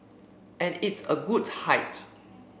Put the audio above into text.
and it's a good height